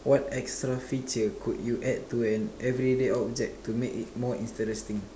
what extra feature could you add to an everyday object to make it more interesting